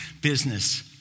business